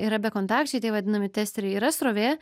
yra bekontakčiai tie vadinami testeriai yra srovė